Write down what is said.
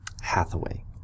Hathaway